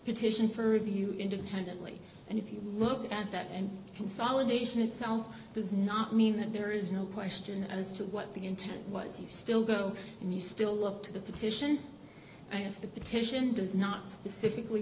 petition for review independently and if you look at that and consolidation and so does not mean that there is no question as to what the intent was you still go and you still look to the petition to have the petition does not specifically